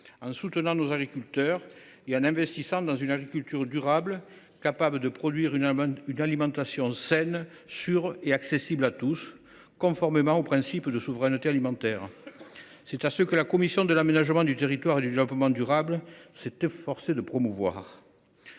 en soutenant nos agriculteurs et en investissant dans une agriculture durable, capable de produire une alimentation saine, sûre et accessible à tous, conformément au principe de souveraineté alimentaire. C’est ce que la commission de l’aménagement du territoire et du développement durable s’est efforcée de promouvoir.